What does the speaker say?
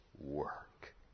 work